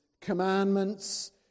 commandments